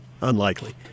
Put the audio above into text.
Unlikely